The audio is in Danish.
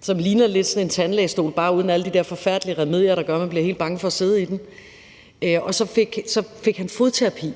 som lidt ligner en tandlægestol bare uden alle de der forfærdelige remedier, der gør, at man bliver helt bange for at sidde i den. Der fik kan fodterapi,